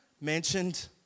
mentioned